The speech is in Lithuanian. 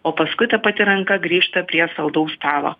o paskui ta pati ranka grįžta prie saldaus stalo